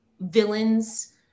villains